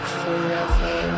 forever